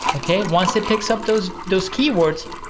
okay? once it picks up those those keywords,